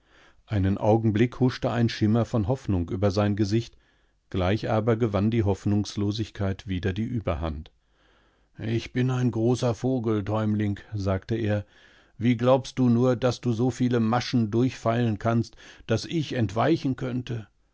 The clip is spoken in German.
einen augenblick huschte ein schimmer von hoffnung über sein gesicht gleich abergewanndiehoffnungslosigkeitwiederdieüberhand ichbineingroßer vogel däumling sagte er wie glaubst du nur daß du so viele maschen durchfeilen kannst daß ich entweichen könnte